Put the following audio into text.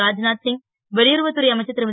ராஜ்நாத் சிங் வெளியுறவுத் துறை அமைச்சர் ரும